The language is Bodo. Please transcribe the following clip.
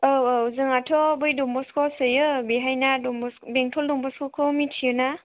औ औ जोंहाथ' बै डनबस्क'आव सोयो बेवहायनि डनबस्क' बेंथल डनबस्क'खौ मिथियो ना